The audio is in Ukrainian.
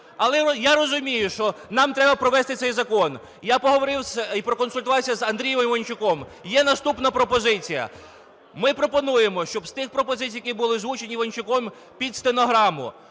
Але я розумію, що нам треба провести цей закон. Я поговорив в проконсультувався з Андрієм Іванчуком. Є наступна пропозиція. Ми пропонуємо, щоб з тих пропозицій, які були озвучені Іванчуком під стенограму,